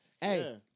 Hey